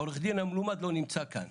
העורך דין המלומד לא נמצא כאן,